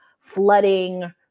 flooding